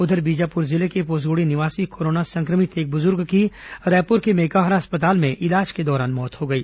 उधर बीजापुर जिले के पुसगुड़ी निवासी कोरोना संक्रमित एक बुजुर्ग की रायपुर के मेकाहारा अस्पताल में इलाज के दौरान मौत हो गई